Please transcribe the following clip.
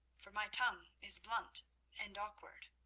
for my tongue is blunt and awkward.